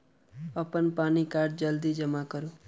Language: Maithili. अप्पन पानि कार्ड जल्दी जमा करू?